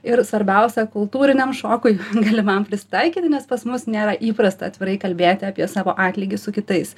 ir svarbiausia kultūriniam šokui galimam prisitaikyti nes pas mus nėra įprasta atvirai kalbėti apie savo atlygį su kitais